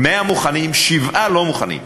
100 מוכנים, שבעה לא מוכנים,